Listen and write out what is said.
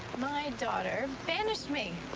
my daughter banished me.